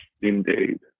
Indeed